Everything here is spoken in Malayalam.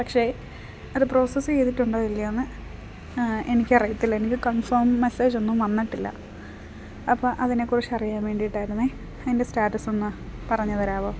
പക്ഷേ അത് പ്രോസസ് ചെയ്തിട്ടുണ്ടോ ഇല്ലയോയെന്ന് എനിക്കറിയത്തില്ല എനിക്ക് കൺഫോം മെസ്സേജൊന്നും വന്നിട്ടില്ല അപ്പം അതിനെക്കുറിച്ച് അറിയാൻ വേണ്ടിയിട്ടായിരുന്നത് അതിൻ്റെ സ്റ്റാറ്റസൊന്നു പറഞ്ഞു തരാമോ